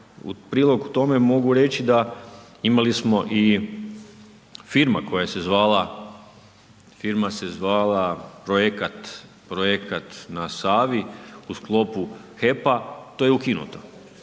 prilog tome mogu reći da, imali smo i firma koja se zvala, firma se zvala Projekat na Savi u sklopu HEP-a, to je ukinuto.